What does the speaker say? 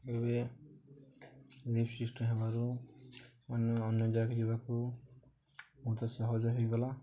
ଏବେ lift system ହେବାରୁ ଅନ୍ୟ ଅନ୍ୟ ଜାଗା ଯିବାକୁ ବହୁତ ସହଜ ହୋଇଗଲା